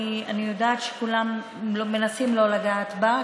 אני יודעת שכולם מנסים לא לגעת בה,